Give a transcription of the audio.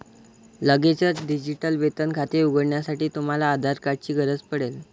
लगेचच डिजिटल वेतन खाते उघडण्यासाठी, तुम्हाला आधार कार्ड ची गरज पडेल